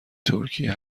ترکیه